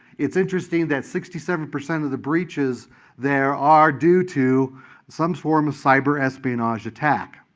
it's interesting that sixty seven percent of the breaches there are due to some form of cyber-espionage attack.